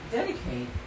dedicate